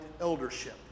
eldership